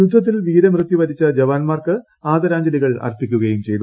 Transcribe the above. യുദ്ധത്തിൽ വീരമൃത്യു വരിച്ച ജവാൻമാർക്ക് ആദരാജ്ഞലികൾ അർപ്പിക്കുകയും ചെയ്തു